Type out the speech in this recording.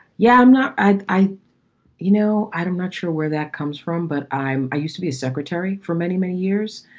yeah i'm not i you know, i'm not sure where that comes from, but i'm i used to be a secretary for many, many years.